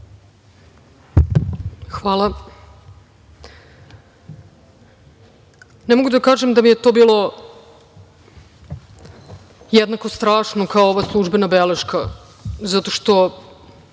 Hvala. Ne mogu da kažem da mi je to bilo jednako strašno kao službena beleška zato što